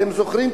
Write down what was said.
אתם זוכרים,